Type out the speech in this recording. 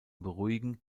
beruhigen